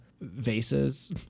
vases